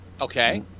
Okay